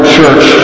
Church